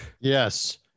Yes